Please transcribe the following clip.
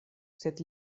sed